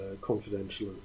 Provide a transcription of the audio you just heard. confidential